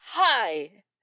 Hi